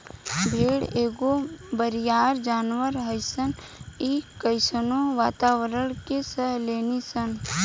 भेड़ एगो बरियार जानवर हइसन इ कइसनो वातावारण के सह लेली सन